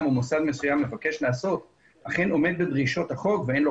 המכרסמים ובקבוצת בעלי הכנף בשניהם